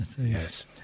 yes